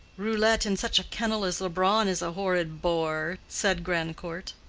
roulette in such a kennel as leubronn is a horrid bore, said grandcourt.